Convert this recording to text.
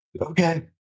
okay